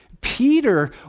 Peter